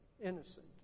innocent